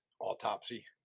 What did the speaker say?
autopsy